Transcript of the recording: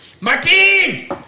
Martin